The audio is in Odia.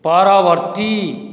ପରବର୍ତ୍ତୀ